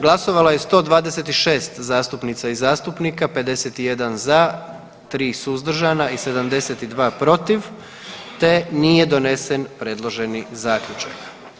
Glasovalo je 126 zastupnica i zastupnika, 51 za, 3 suzdržana i 72 protiv te nije donesen predloženi zaključak.